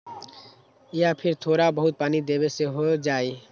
या फिर थोड़ा बहुत पानी देबे से हो जाइ?